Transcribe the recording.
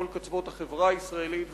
מכל קצוות החברה הישראלית,